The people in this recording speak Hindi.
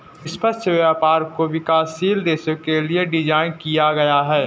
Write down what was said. निष्पक्ष व्यापार को विकासशील देशों के लिये डिजाइन किया गया है